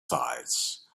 sides